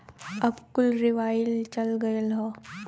अब कुल रीवाइव चल गयल हौ